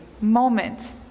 moment